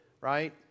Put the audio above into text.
right